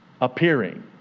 appearing